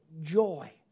joy